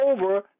over